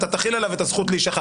אתה תחיל עליו את הזכות להישכח,